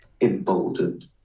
emboldened